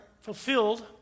fulfilled